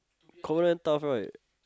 cold then tough right